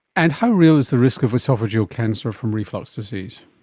and how real is the risk of oesophageal cancer from reflux disease?